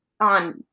on